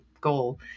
goal